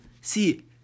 See